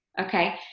Okay